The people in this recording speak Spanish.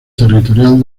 territorial